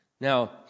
Now